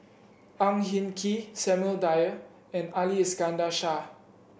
Ang Hin Kee Samuel Dyer and Ali Iskandar Shah